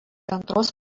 antros